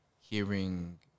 hearing